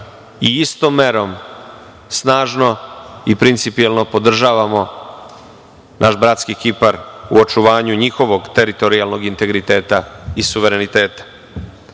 i istom merom snažno i principijelno podržavamo naš bratski Kipar u očuvanju njihovog teritorijalnog integriteta i suvereniteta. Na